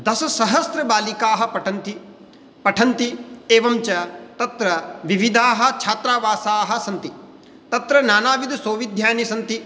दशसहस्रं बालिकाः पठन्ति पठन्ति एवञ्च तत्र विविधाः छात्रावासाः सन्ति तत्र नानाविधसौविध्यानि सन्ति